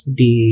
di